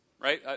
right